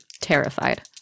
terrified